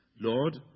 Lord